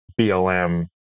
BLM